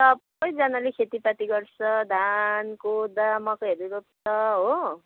सबैजनाले खेतीपाती गर्छ धान कोदो मकैहरू रोप्छ हो